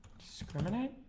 discriminate